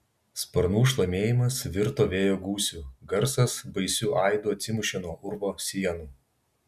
sparnų šlamėjimas virto vėjo gūsiu garsas baisiu aidu atsimušė nuo urvo sienų